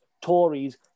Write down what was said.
tories